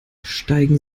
steigen